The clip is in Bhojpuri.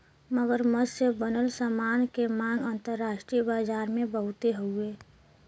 मगरमच्छ से बनल सामान के मांग अंतरराष्ट्रीय बाजार में बहुते हउवे